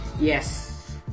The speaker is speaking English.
Yes